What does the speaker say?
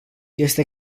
este